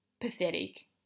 pathetic